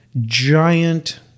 giant